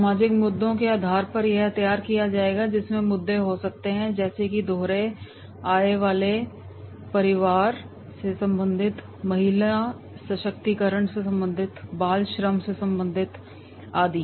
सामाजिक मुद्दों के आधार पर यह तैयार किया जाएगा जिसमें मुद्दे हो सकते हैं जैसे कि दोहरे आय वाले परिवार से संबंधितमहिला सशक्तीकरण से संबंधित बाल श्रम से संबंधित आदि